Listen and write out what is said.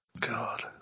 God